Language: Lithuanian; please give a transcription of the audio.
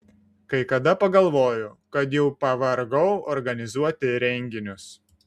kai kada pagalvoju kad jau pavargau organizuoti renginius